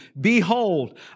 Behold